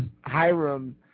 Hiram